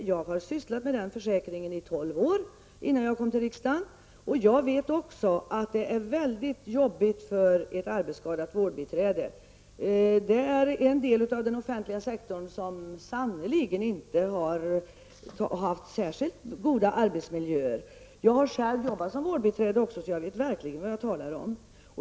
Jag har sysslat med arbetsskadeförsäkringsfrågor i tolv år innan jag kom till riksdagen. Jag vet också att det är väldigt svårt för ett arbetsskadat vårdbiträde, som ju representerar den del av den offentliga sektorn som sannerligen inte har haft särskilt goda arbetsmiljöer. Jag har själv arbetat som vårdbiträde, så jag vet verkligen vad jag talar om.